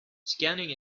scanning